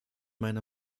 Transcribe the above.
meiner